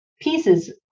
pieces